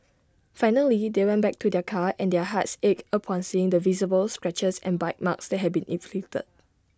finally they went back to their car and their hearts ached upon seeing the visible scratches and bite marks that had been inflicted